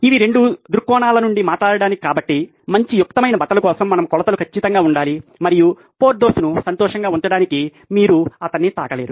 ఇవి 2 దృక్కోణాల నుండి మాట్లాడటానికి కాబట్టి మంచి యుక్తమైన బట్టల కోసం మన కొలతలు ఖచ్చితంగా ఉండాలి మరియు పోర్థోస్ను సంతోషంగా ఉంచడానికి మీరు అతన్ని తాకలేరు